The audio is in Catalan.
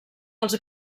els